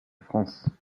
france